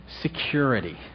security